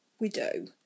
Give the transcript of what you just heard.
widow